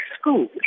school